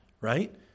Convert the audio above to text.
right